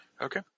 Okay